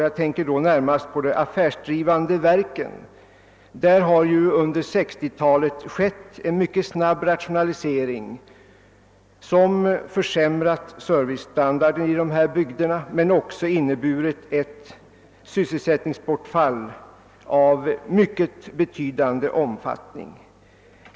Jag tänker då närmast på de affärsdrivande verken, där det ju under 1960 talet skett en mycket snabb rationalisering som försämrat servicestandarden i Norrlands inland men också inneburit ett sysselsättningsbortfall av betydande omfattning.